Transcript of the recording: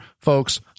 folks